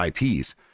IPs